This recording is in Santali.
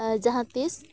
ᱟᱨ ᱡᱟᱦᱟᱸ ᱛᱤᱥ